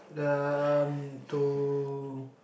the um to